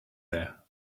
there